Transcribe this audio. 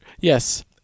Yes